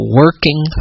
working